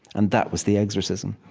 and that was the exorcism.